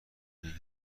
اینه